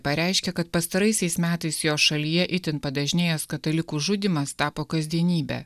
pareiškė kad pastaraisiais metais jo šalyje itin padažnėjęs katalikų žudymas tapo kasdienybe